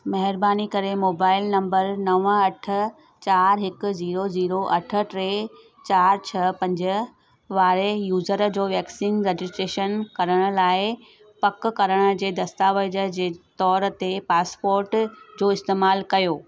महिरबानी करे mobile number नव अठ चारि हिक ज़ीरो ज़ीरो अठ टे चारि छह पंज वारे यूज़र जो वैक्सीन रजिस्ट्रेशन करण लाइ पक करण जे दस्तावेज़ जे तौर ते पासपोट जो इस्तेमालु कयो